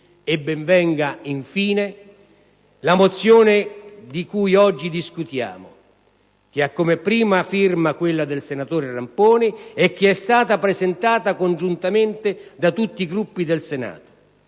Ben venga infine la mozione di cui oggi discutiamo, che ha come prima firma quella del senatore Ramponi e che è stata presentata congiuntamente da tutti i Gruppi del Senato,